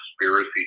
conspiracy